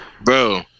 Bro